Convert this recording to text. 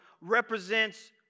represents